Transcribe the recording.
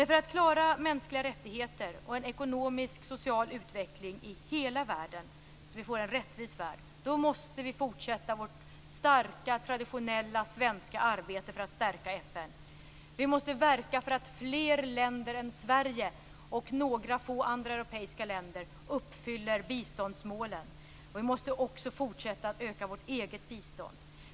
För att klara mänskliga rättigheter och en ekonomisk och social utveckling i hela världen, så att vi får en rättvis värld, måste vi fortsätta vårt starka traditionella svenska arbete för att stärka FN. Vi måste verka för att fler länder än Sverige och några få andra europeiska länder uppfyller biståndsmålen. Vi måste också fortsätta att öka vårt eget bistånd.